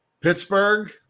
Pittsburgh